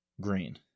Green